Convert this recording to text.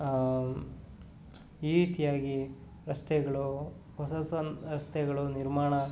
ಈ ರೀತಿಯಾಗಿ ರಸ್ತೆಗಳು ಹೊಸ ಹೊಸ ರಸ್ತೆಗಳು ನಿರ್ಮಾಣ